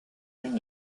une